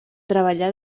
treballà